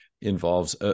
involves